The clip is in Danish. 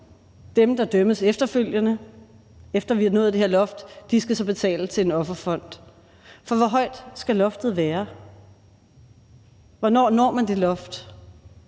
dem, der dømmes efterfølgende, efter at vi har nået det her loft, så skal betale til en offerfond. For hvor høje skal loftet være? Hvornår når man det loft?